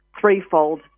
threefold